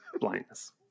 blindness